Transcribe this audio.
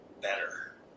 better